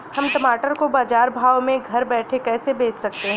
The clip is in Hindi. हम टमाटर को बाजार भाव में घर बैठे कैसे बेच सकते हैं?